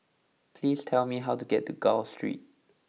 please tell me how to get to Gul Street